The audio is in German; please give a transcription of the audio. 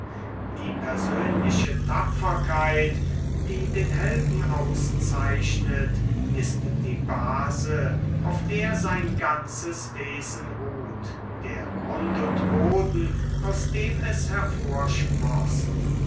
die persönliche tapferkeit die den helden auszeichnet ist die base auf der sein ganzes wesen ruht der grund und boden aus dem es